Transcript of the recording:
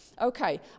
Okay